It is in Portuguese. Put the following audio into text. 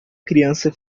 criança